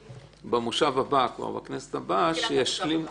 במושב הבא בכנסת הבאה -- בתחילת המושב הבא.